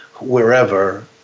wherever